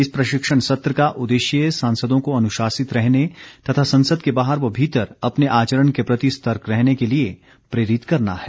इस प्रशिक्षण सत्र का उद्देश्य सांसदों को अनुशासित रहने तथा संसद के बाहर व भीतर अपने आचरण के प्रति सतर्क रहने के लिए प्रेरित करना है